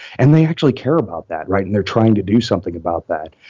and they actually care about that right and they're trying to do something about that.